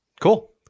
Cool